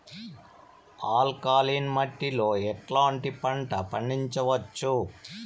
Alkaline మట్టి లో ఎట్లాంటి పంట పండించవచ్చు,?